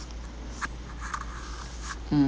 mm